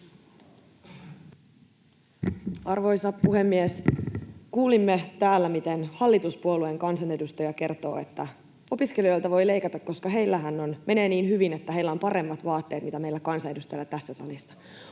Arvoisa puhemies! Kuulimme täällä, miten hallituspuolueen kansanedustaja kertoo, että opiskelijoilta voi leikata, koska heillähän menee niin hyvin, että heillä on paremmat vaatteet kuin meillä kansanedustajilla tässä salissa.